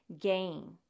gain